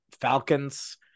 Falcons